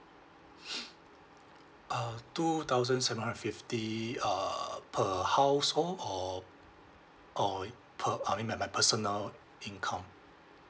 uh two thousand seven hundred and fifty uh per household or or it per~ I mean my personnel income